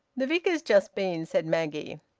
the vicar's just been, said maggie.